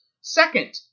Second